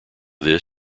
this